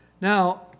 Now